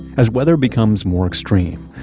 as weather becomes more extreme,